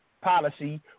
policy